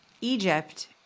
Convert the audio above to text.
Egypt